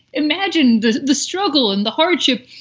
imagine the the struggle and the hardship.